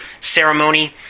ceremony